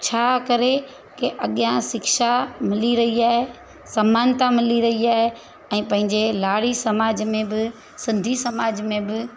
छा करे की अॻियां शिक्षा मिली रही आहे समानता मिली रही आहे ऐं पंहिंजे लाड़ी समाज में बि सिंधी समाज में बि